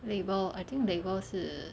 label I think label 是